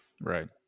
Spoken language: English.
Right